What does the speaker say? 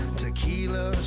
tequila